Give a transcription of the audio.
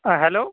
hello